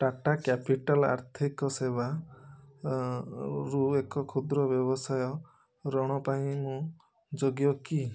ଟାଟା କ୍ୟାପିଟାଲ୍ ଆର୍ଥିକ ସେବା ରୁ ଏକ କ୍ଷୁଦ୍ର ବ୍ୟବସାୟ ଋଣ ପାଇଁ ମୁଁ ଯୋଗ୍ୟ କି